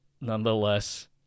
nonetheless